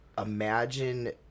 imagine